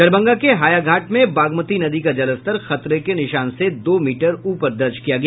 दरभंगा के हायाघाट में बागमती नदी का जलस्तर खतरे के निशान से दो मीटर ऊपर दर्ज किया गया